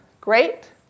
great